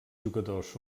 jugadors